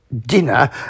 dinner